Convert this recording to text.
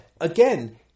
again